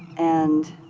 and